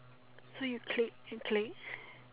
so you click and click